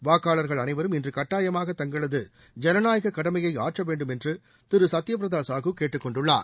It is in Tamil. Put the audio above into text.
வாக்காளர்கள் அனைவரும் இன்று கட்டாயமாக தங்களது ஜனநாயக கடமையை ஆற்ற வேண்டும் என்று திரு சத்தியபிரதா சாகு கேட்டுக்கொண்டுள்ளார்